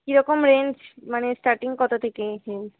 কীরকম রেঞ্জ মানে স্টার্টিং কত থেকে হিল